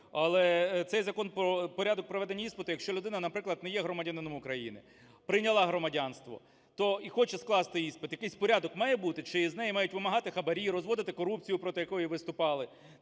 Але цей закон про порядок проведення іспиту. Якщо людина, наприклад, не є громадянином України, прийняла громадянство і хоче скласти іспит, якийсь порядок має бути чи з неї мають вимагати хабарі, розводити корупцію, проти якої виступали?